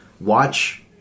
watch